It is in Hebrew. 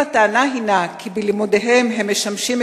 אם הטענה הינה כי בלימודיהם הם משמשים